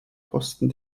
kosten